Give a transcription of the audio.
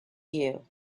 you